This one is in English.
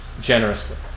generously